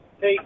Hey